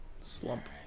Slump